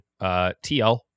TL